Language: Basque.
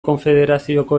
konfederazioko